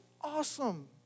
awesome